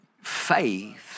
faith